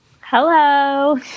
Hello